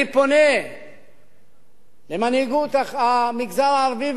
אני פונה למנהיגות המגזר הערבי,